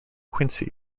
quincy